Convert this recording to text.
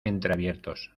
entreabiertos